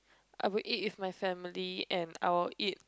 I would eat with my family and I would eat